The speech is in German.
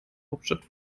hauptstadt